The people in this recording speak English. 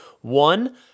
One